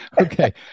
Okay